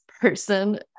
person